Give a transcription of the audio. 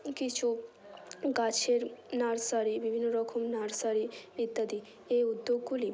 কিছু গাছের নার্সারি বিভিন্ন রকম নার্সারি ইত্যাদি এই উদ্যোগগুলি